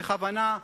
בכוונה.